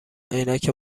عینک